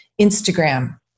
Instagram